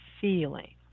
feeling